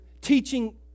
teaching